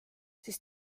siis